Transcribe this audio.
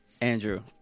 andrew